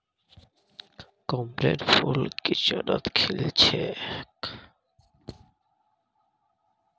कमलेर फूल किचड़त खिल छेक